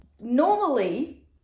Normally